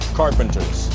carpenters